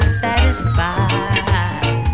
satisfied